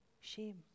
shame